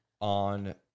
On